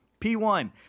p1